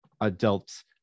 adults